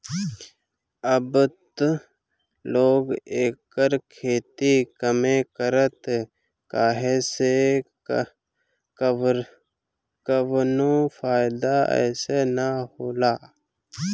अब त लोग एकर खेती कमे करता काहे से कवनो फ़ायदा एसे न होला